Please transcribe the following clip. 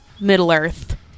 Middle-Earth